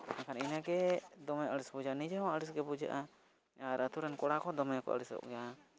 ᱮᱱᱠᱷᱟᱱ ᱤᱱᱟᱹᱜᱮ ᱫᱚᱢᱮ ᱟᱹᱲᱤᱥ ᱵᱩᱡᱟ ᱱᱤᱡᱮᱦᱚᱸ ᱟᱹᱲᱤᱥᱜᱮ ᱵᱩᱡᱷᱟᱹᱜᱼᱟ ᱟᱨ ᱟᱛᱩᱨᱮᱱ ᱠᱚᱲᱟ ᱠᱚᱦᱚᱸ ᱫᱚᱢᱮ ᱠᱚ ᱟᱹᱲᱤᱥᱚᱜ ᱜᱮᱭᱟ